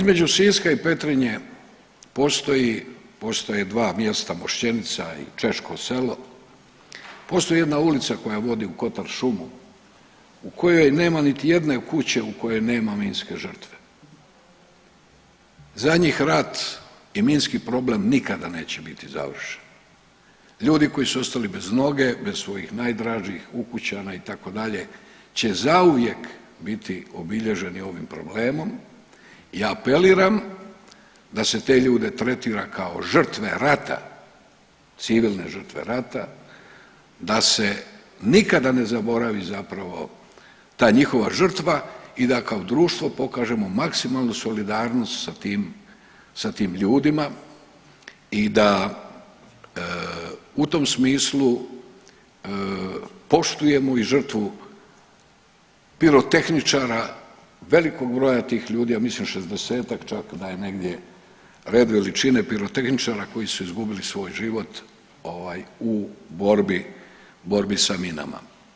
Između Siska i Petrinje postoji, postoje dva mjesta Mošćenica i Česko Selo, postoji jedna ulica koja vodi u Kotar šumu u kojoj nema niti jedne kuće u kojoj nema minske žrtve, za njih rat i minski problem nikada neće biti završen, ljudi koji su ostali bez noge, bez svojih najdražih ukućana itd. će zauvijek biti obilježeni ovim problemom i apeliram da se te ljude tretira kao žrtve rata, civilne žrtve rata, da se nikada ne zaboravi zapravo ta njihova žrtva i da kao društvo pokažemo maksimalnu solidarnost sa tim, sa tim ljudima i da u tom smislu poštujemo i žrtvu pirotehničara, velikog broja tih ljudi, ja mislim 60-tak čak da je negdje red veličine pirotehničara koji su izgubili svoj život ovaj u borbi, borbi sa minama.